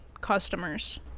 customers